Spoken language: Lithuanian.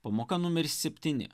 pamoka numeris septyni